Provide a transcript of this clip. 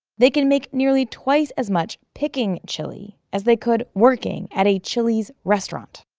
they can make nearly twice as much picking chili as they could working at a chili's restaurant,